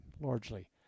largely